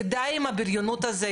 כי די עם הבריונות הזאת,